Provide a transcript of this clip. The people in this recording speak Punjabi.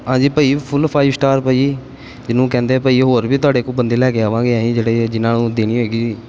ਹਾਂਜੀ ਭਾਅ ਜੀ ਫੁੱਲ ਫਾਈਵ ਸਟਾਰ ਭਾਅ ਜੀ ਜਿਹਨੂੰ ਕਹਿੰਦੇ ਭਾਅ ਜੀ ਹੋਰ ਵੀ ਤੁਹਾਡੇ ਕੋਲ ਬੰਦੇ ਲੈ ਕੇ ਆਵਾਂਗੇ ਅਸੀਂ ਜਿਹੜੇ ਜਿਨ੍ਹਾਂ ਨੂੰ ਦੇਣੀ ਹੋਏਗੀ